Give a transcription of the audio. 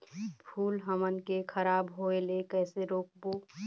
फूल हमन के खराब होए ले कैसे रोकबो?